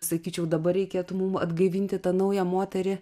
sakyčiau dabar reikėtų mums atgaivinti tą naują moterį